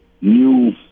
new